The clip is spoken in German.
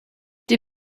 die